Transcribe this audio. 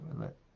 let